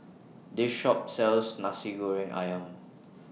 This Shop sells Nasi Goreng Ayam